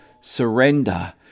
surrender